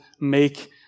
make